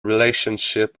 relationship